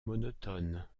monotone